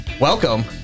Welcome